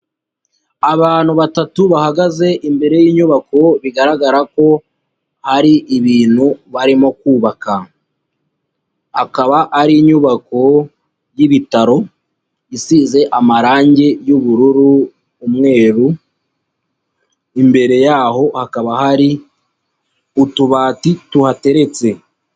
Abantu batatu bahagaze imbere y'inyubako bigaragara ko hari ibintu barimo kubaka. Akaba ari inyubako y'ibitaro, isize amarangi y'ubururu, umweru, imbere yaho hakaba hari utubati tuhateretse.